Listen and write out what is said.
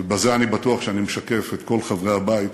ובזה אני בטוח שאני משקף את כל חברי הבית,